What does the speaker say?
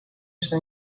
está